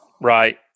Right